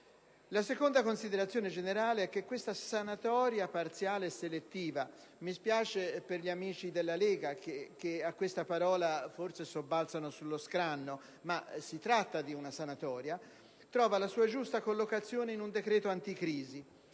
La seconda considerazione generale è che questa sanatoria parziale e selettiva - mi spiace per gli amici della Lega, che a questa parola forse sobbalzano sullo scranno, ma di sanatoria si tratta - trova la sua giusta collocazione in un decreto anticrisi.